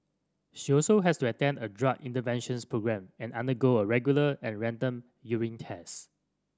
she also has to attend a drug interventions programme and undergo regular and random urine test